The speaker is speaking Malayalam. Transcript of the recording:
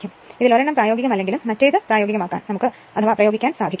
ഇതിൽ ഒരെണ്ണം പ്രായോഗികം അല്ലെങ്കിലും മറ്റേത് നമുക്ക് പ്രയോഗിക്കാൻ സാധിക്കും